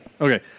Okay